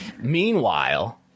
Meanwhile